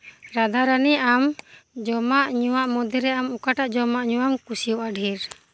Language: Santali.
ᱨᱟᱫᱷᱟᱨᱟᱱᱤ ᱟᱢ ᱡᱚᱢᱟᱜ ᱧᱩᱣᱟᱜ ᱢᱩᱫᱽᱨᱮ ᱚᱠᱟᱴᱟᱜ ᱡᱚᱢᱟᱜ ᱧᱩᱣᱟᱜ ᱮᱢ ᱠᱩᱥᱤᱭᱟᱜᱼᱟ ᱰᱷᱮᱨ